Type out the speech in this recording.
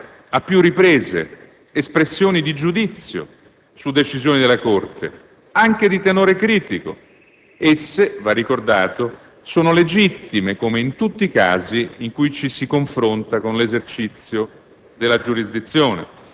Non sono mancate, a più riprese, espressioni di giudizio su decisioni della Corte, anche di tenore critico. Esse, va ricordato, sono legittime come in tutti i casi in cui ci si confronta con l'esercizio